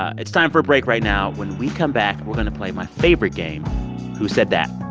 it's time for a break right now. when we come back, we're going to play my favorite game who said that